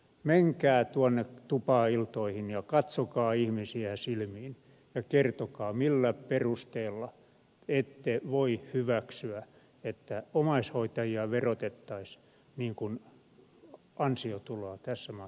menkää tuonne tupailtoihin ja katsokaa ihmisiä silmiin ja kertokaa millä perusteella ette voi hyväksyä että omaishoitajia verotettaisiin niin kuin ansiotuloa tässä maassa verotetaan